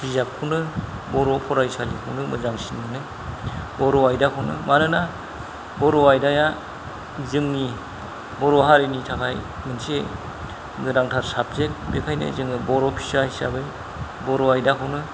बिजाबखौनो बर' फरायसालिखौनो मोजांसिन मोनो बर' आयदाखौनो मानोना बर' आयदाया जोंनि बर' हारिनि थाखाय मोनसे गोनांथार साबजेक्ट बेखायनो जोङो बर' फिसा हिसाबै बर' आयदाखौनो